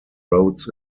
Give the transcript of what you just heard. roads